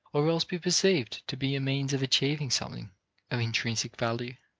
or else be perceived to be a means of achieving something of intrinsic value.